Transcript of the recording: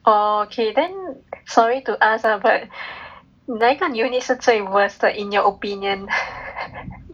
oh okay then sorry to ask ah but 哪一个 unit 是最 worse 的 in your opinion